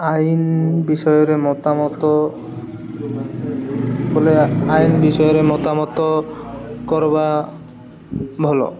ଆଇନ୍ ବିଷୟରେ ମତାମତ ବୋଲେ ଆଇନ୍ ବିଷୟରେ ମତାମତ କରିବା ଭଲ